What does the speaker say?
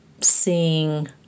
seeing